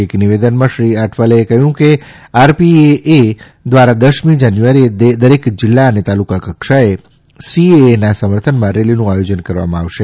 એક નિવેદનમાં શ્રી અઠાવાલેએ કહ્યું કે આરપીએએ દ્વારા દશમી જાન્યુઆરીએ દરેક જિલ્લા અને તાલુકા કક્ષાએ સીએએના સમર્થનમાં રેલીનું આયોજન કરવામાં આવશે